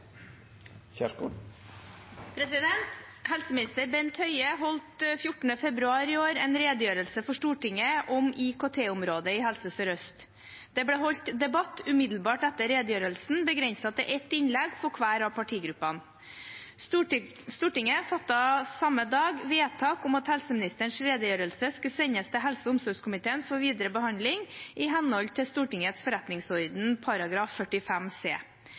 vedteke. Helseminister Bent Høie holdt 14. februar i år en redegjørelse for Stortinget om IKT-området i Helse Sør-Øst. Det ble holdt debatt umiddelbart etter redegjørelsen, begrenset til ett innlegg for hver av partigruppene. Stortinget fattet samme dag vedtak om at helseministerens redegjørelse skulle sendes til helse- og omsorgskomiteen for videre behandling, i henhold til Stortingets forretningsorden § 45 c.